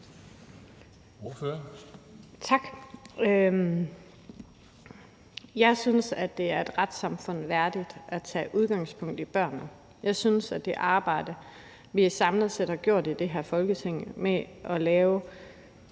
Jeg synes, at det er et retssamfund værdigt at tage udgangspunkt i børnene. Jeg synes, at det arbejde, vi samlet set har gjort i det her Folketing med at lave